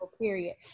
period